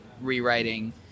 rewriting